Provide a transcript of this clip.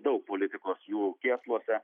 daug politikos jų kėsluose